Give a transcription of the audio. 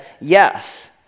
yes